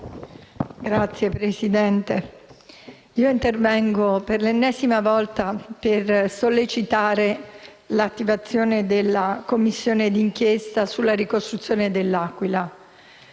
Signora Presidente, intervengo per l'ennesima volta per sollecitare l'attivazione della Commissione d'inchiesta sulla ricostruzione dell'Aquila.